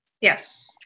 Yes